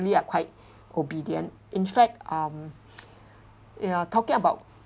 we are quite obedient in fact um ya talking about